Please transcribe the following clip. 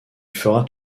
fera